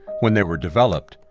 when they were developed,